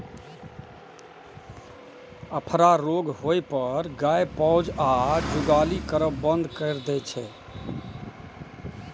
अफरा रोग होइ पर गाय पाउज या जुगाली करब बंद कैर दै छै